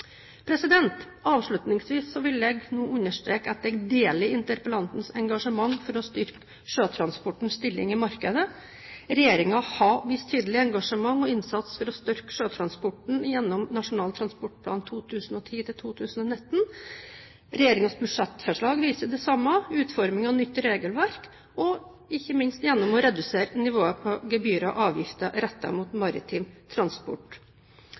Avslutningsvis vil jeg understreke at jeg deler interpellantens engasjement for å styrke sjøtransportens stilling i markedet. Regjeringen har vist tydelig engasjement og innsats for å styrke sjøtransporten gjennom Nasjonal transportplan 2010–2019, regjeringens budsjettforslag, utformingen av nytt regelverk og ikke minst gjennom å redusere nivået på gebyrer og avgifter rettet mot maritim transport.